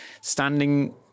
standing